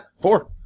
four